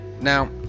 Now